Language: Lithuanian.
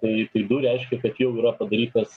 tai tai du reiškia kad jau yra padarytas